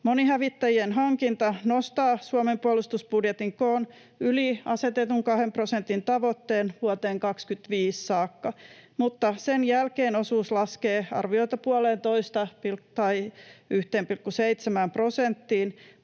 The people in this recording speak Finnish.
Monihävittäjien hankinta nostaa Suomen puolustusbudjetin koon yli asetetun 2 prosentin tavoitteen vuoteen 25 saakka, mutta sen jälkeen osuus laskee arviolta puoleentoista tai 1,7 prosenttiin